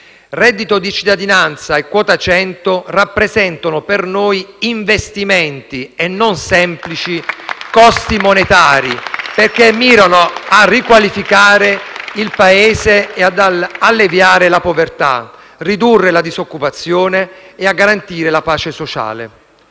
Reddito di cittadinanza e quota 100 rappresentano per noi investimenti *(Applausi dai Gruppi M5S e L-SP-PSd'Az)* e non semplici costi monetari, perché mirano a riqualificare il Paese e ad alleviare la povertà, a ridurre la disoccupazione e a garantire la pace sociale.